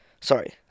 Sorry